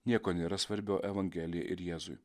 nieko nėra svarbiau evangelijai ir jėzui